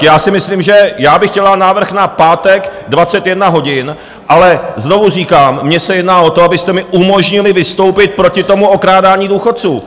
Já si myslím, že já bych chtěl dát návrh na pátek 21 hodin, ale znovu říkám, mně se jedná o to, abyste mi umožnili vystoupit proti okrádání důchodců.